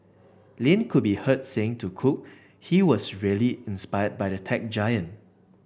Lin could be heard saying to Cook he was really inspired by the tech giant